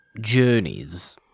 journeys